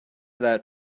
that